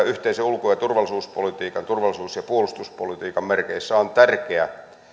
yhteisen ulko ja turvallisuuspolitiikan turvallisuus ja puolustuspolitiikan merkeissä on tärkeä